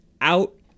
out